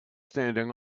standing